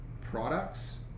products